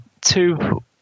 two